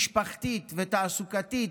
משפחתית ותעסוקתית,